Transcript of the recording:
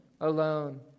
alone